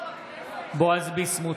בועז ביסמוט,